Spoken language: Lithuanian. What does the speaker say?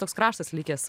toks kraštas likęs